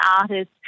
artists